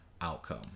outcome